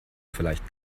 vielleicht